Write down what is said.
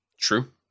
true